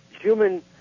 human